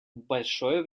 большое